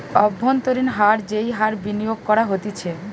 অব্ভন্তরীন হার যেই হার বিনিয়োগ করা হতিছে